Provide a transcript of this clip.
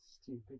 stupid